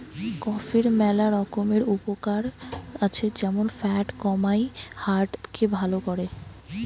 কফির ম্যালা রকমের উপকার আছে যেমন ফ্যাট কমায়, হার্ট কে ভাল করে